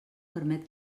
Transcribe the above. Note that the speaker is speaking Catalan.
permet